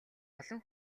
олон